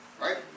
right